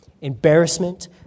embarrassment